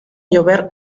llover